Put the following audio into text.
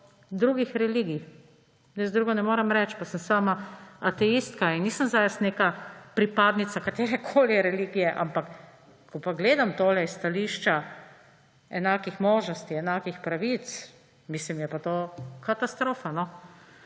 drugih religij. Jaz drugega ne morem reči, pa sem sama ateistka in nisem zdaj jaz neka pripadnika katerekoli religije, ampak ko pa gledam tole iz stališča enakih možnosti, enakih pravic, mislim je pa to katastrofa no.